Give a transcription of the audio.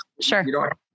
Sure